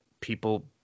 people